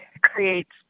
creates